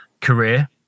career